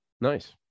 nice